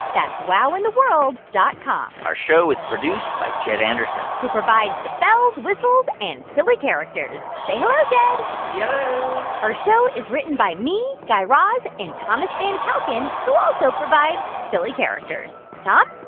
that's wowintheworld dot com our show is produced by jed anderson who provides the bells, whistles and silly characters. say hello, jed yello yeah our show is written by me, guy raz and thomas van kalken, who also provides silly characters. tom?